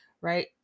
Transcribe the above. right